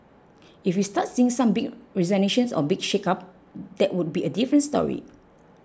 if we start seeing some big resignations or big shake up that would be a different story